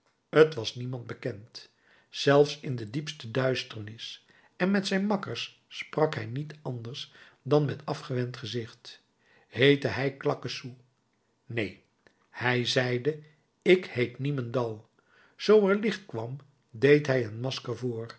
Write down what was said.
t was niemand bekend zelfs in de diepste duisternis en met zijn makkers sprak hij niet anders dan met afgewend gezicht heette hij claquesous neen hij zeide ik heet niemendal zoo er licht kwam deed hij een